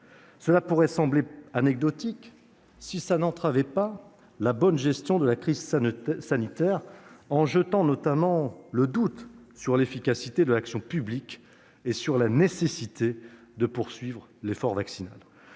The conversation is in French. Cela pourrait sembler anecdotique, si cela n'entravait pas la bonne gestion de la crise sanitaire en jetant notamment le doute sur l'efficacité de l'action publique et sur la nécessité de poursuivre l'effort vaccinal.